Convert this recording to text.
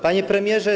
Panie Premierze!